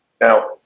Now